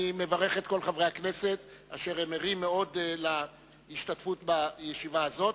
אני מברך את כל חברי הכנסת אשר ערים מאוד להשתתפות בישיבה הזאת.